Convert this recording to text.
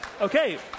Okay